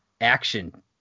action